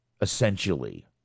Essentially